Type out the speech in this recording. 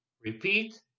repeat